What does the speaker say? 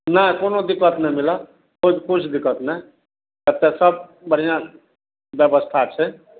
नहि कोनो दिक्कत नहि मिलत किछु दिक्कत नहि एतए सब बढ़िआँ बेबस्था छै